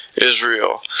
Israel